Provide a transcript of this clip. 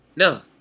No